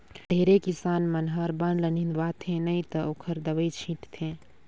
ढेरे किसान मन हर बन ल निंदवाथे नई त ओखर दवई छींट थे